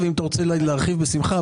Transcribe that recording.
ואם אתה רוצה להרחיב בשמחה.